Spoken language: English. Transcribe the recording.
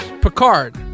Picard